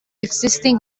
existing